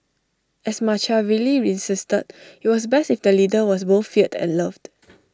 as Machiavelli insisted IT was best if the leader was both feared and loved